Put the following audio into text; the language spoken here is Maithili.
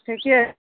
ठीके